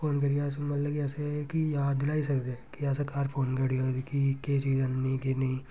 phone करियै अस मतलब कि असें कि याद दलाई सकदे कि अस घर फोन करी कि केह् चीज़ आह्ननी केह् नेईं